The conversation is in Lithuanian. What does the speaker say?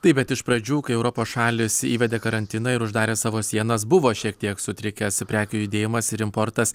taip bet iš pradžių kai europos šalys įvedė karantiną ir uždarė savo sienas buvo šiek tiek sutrikęs prekių judėjimas ir importas